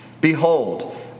Behold